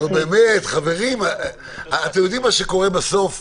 נו, באמת חברים, אתם יודעים מה קורה בסוף?